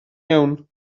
iawn